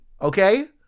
Okay